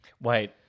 Wait